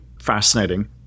fascinating